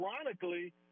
ironically